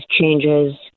changes